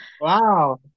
wow